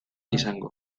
izango